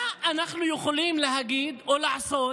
מה אנחנו יכולים להגיד או לעשות